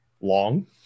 long